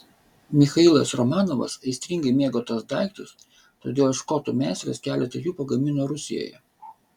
michailas romanovas aistringai mėgo tuos daiktus todėl škotų meistras keletą jų pagamino rusijoje